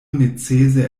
necese